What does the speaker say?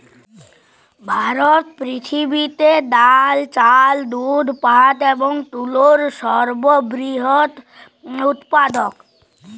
ভারত পৃথিবীতে ডাল, চাল, দুধ, পাট এবং তুলোর সর্ববৃহৎ উৎপাদক